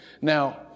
Now